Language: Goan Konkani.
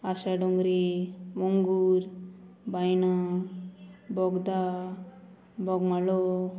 आशा डोंगरी मंगूर बायना बोगदा बोगमाळो